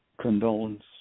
condolences